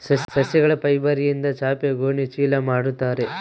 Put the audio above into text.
ಸಸ್ಯಗಳ ಫೈಬರ್ಯಿಂದ ಚಾಪೆ ಗೋಣಿ ಚೀಲ ಮಾಡುತ್ತಾರೆ